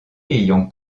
ayant